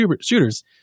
shooters